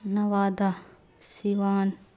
Nawada Siwan